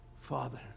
Father